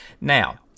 Now